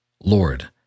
Lord